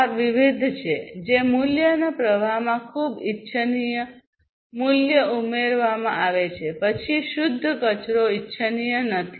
આ વિવિધ છે જે મૂલ્યના પ્રવાહમાં ખૂબ ઇચ્છનીય મૂલ્ય ઉમેરવામાં આવે છે પછી શુદ્ધ કચરો ઇચ્છનીય નથી